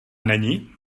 není